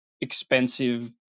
expensive